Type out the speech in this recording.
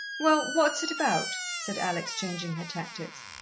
well, what is it about? said alex, changing her tactics.